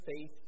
faith